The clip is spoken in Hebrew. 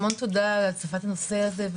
המון תודה על הצפת הנושא הזה,